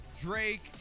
Drake